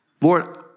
Lord